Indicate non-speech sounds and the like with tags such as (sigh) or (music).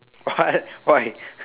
(laughs) what (laughs) why